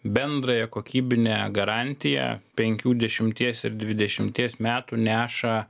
bendrąją kokybinę garantiją penkių dešimties ir dvidešimties metų neša